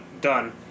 done